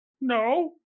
No